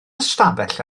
ystafell